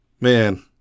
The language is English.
man